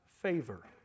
favor